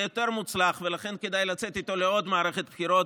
יותר מוצלח ולכן כדאי לצאת איתו לעוד מערכת בחירות,